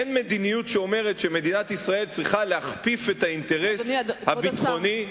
אין מדיניות שאומרת שמדינת ישראל צריכה להכפיף את האינטרס הביטחוני,